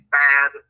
bad